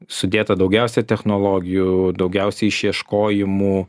sudėta daugiausia technologijų daugiausiai išieškojimų